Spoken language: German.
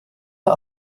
der